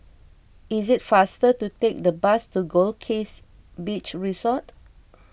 is it faster to take the bus to Goldkist Beach Resort